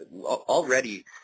already